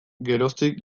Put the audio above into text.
geroztik